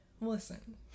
listen